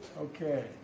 Okay